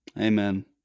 Amen